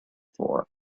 floor